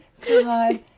god